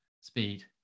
speed